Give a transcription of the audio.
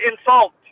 insult